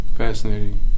Fascinating